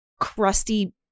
crusty